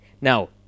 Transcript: Now